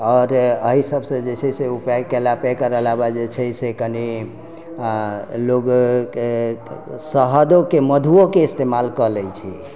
आओर एहि सबसे जे छै से ऊपाय केला पे एकर अलावा जे छै से कनी लोग के सहदो के मधुओ के इसतेमाल कऽ लै छै